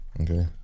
Okay